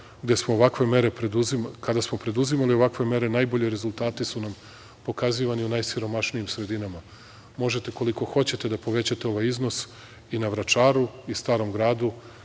kada smo ovakve mere preduzimali, najbolji rezultati su nam pokazivani u najsiromašnijim sredinama. Možete koliko hoćete da povećate ovaj iznos i na Vračaru, i Starom Gradu,